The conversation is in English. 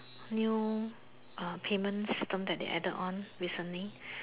new um payment system that they added on recently